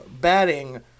batting –